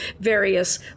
various